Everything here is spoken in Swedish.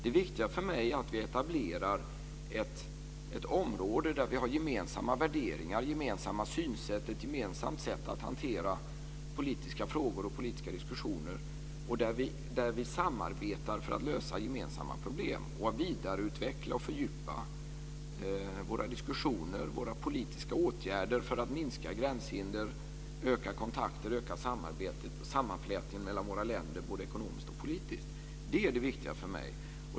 Det viktiga för mig är att vi etablerar ett område där vi har gemensamma värderingar, gemensamma synsätt och ett gemensamt sätt att hantera politiska frågor och politiska diskussioner och där vi samarbetar för att lösa gemensamma problem och vidareutvecklar och fördjupar våra diskussioner och våra politiska åtgärder för att minska gränshinder, öka kontakter och öka samarbetet och sammanflätningen mellan våra länder både ekonomiskt och politiskt. Det är det viktiga för mig.